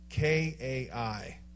kai